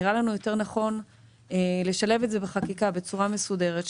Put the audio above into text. נראה לנו נכון יותר לשלב את זה בחקיקה בצורה מסודרת,